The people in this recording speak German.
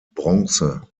bronze